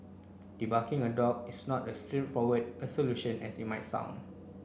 debarking a dog is not as straightforward a solution as it might sound